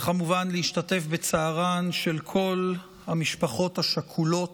וכמובן להשתתף בצערן של כל המשפחות השכולות,